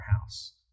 house